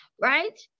Right